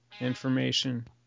information